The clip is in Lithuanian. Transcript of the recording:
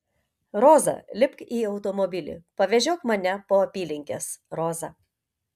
roza lipk į automobilį pavežiok mane po apylinkes roza